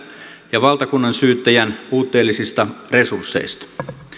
ja valtakunnansyyttäjän puutteellisista resursseista